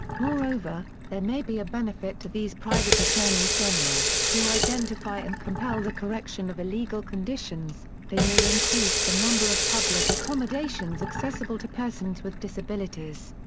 moreover, there may be a benefit to these private attorneys general who identify and compel the correction of illegal conditions they may increase the number of public accommodations accessible to persons with disabilities.